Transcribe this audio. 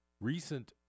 recent